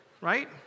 right